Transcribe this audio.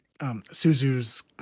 Suzu's